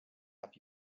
have